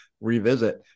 revisit